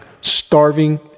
starving